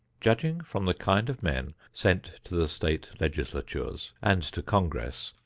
judging from the kind of men sent to the state legislatures and to congress,